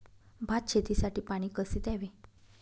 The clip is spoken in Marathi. भात शेतीसाठी पाणी कसे द्यावे?